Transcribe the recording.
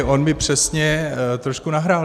On mi přesně trošku nahrál.